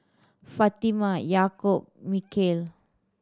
Fatimah Yaakob Mikhail